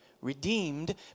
Redeemed